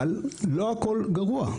אבל לא הכול גרוע.